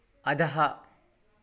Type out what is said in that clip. अधः